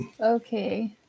okay